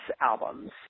albums